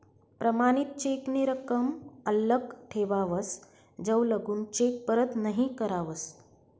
प्रमाणित चेक नी रकम आल्लक ठेवावस जवलगून चेक परत नहीं करावस